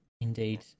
indeed